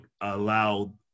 allow